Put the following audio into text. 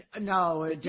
No